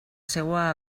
seua